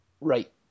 Right